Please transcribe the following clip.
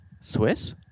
Swiss